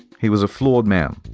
he was a flawed man.